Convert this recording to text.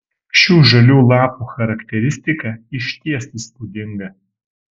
šių žalių lapų charakteristika išties įspūdinga